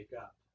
up